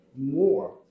more